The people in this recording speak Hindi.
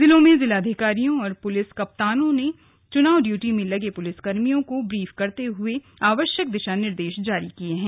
जिलों में जिलाधिकारियों और पुलिस कप्तानों ने चुनाव ड्यूटी में लगे पुलिस कर्मियों को ब्रीफ करते हुए आव यक दि ा निर्दे ा जारी किए हैं